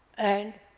and